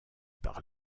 par